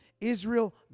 Israel